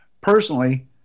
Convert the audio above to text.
personally